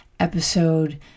episode